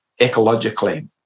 ecologically